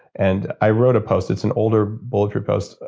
and i wrote post, it's an older bulletproof post,